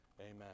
amen